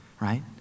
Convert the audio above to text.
Right